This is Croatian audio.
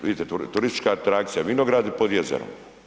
Vidite, turistička atrakcija vinogradi pod jezerom.